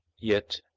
yet,